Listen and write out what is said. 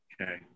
Okay